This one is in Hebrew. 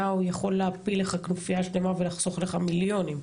יכול להפיל לך כנופיה שלמה ולחסוך לך מיליונים.